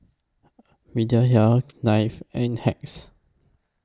Mediheal Knife and Hacks